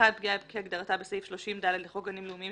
פגיעה כהגדרתה בסעיף 30(ד) לחוק גנים לאומיים,